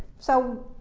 so,